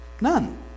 None